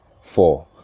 four